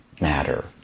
matter